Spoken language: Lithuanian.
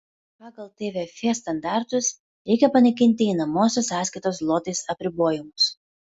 pagal tvf standartus reikia panaikinti einamosios sąskaitos zlotais apribojimus